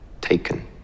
taken